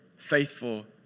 Faithful